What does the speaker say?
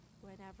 Whenever